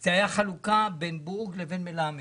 זו הייתה חלוקה בין בורג לבין מלמד,